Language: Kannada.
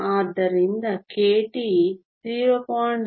ಆದ್ದರಿಂದ kT 0